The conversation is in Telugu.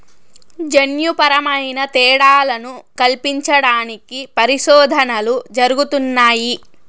జన్యుపరమైన తేడాలను కల్పించడానికి పరిశోధనలు జరుగుతున్నాయి